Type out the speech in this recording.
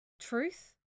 Truth